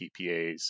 PPAs